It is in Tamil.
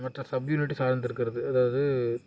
மற்ற சப்யூனிட்டை சார்ந்துருக்கிறது அதாவது